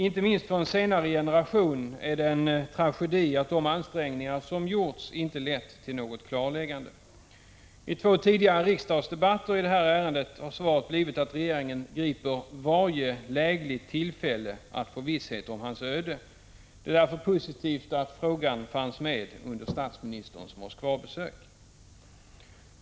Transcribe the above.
Inte minst för en senare generation är det en tragedi att de ansträngningar som gjorts inte lett till något klarläggande. I två tidigare riksdagsdebatter i detta ärende har svaret blivit att regeringen griper ”varje lägligt tillfälle att få visshet om hans öde”. Det är därför positivt att frågan fanns med under statsministerns Moskvabesök.